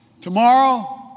Tomorrow